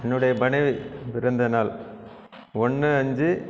என்னுடைய மனைவி பிறந்தநாள் ஒன்று அஞ்சு